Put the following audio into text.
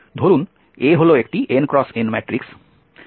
ধরুন A হল একটি n x n ম্যাট্রিক্স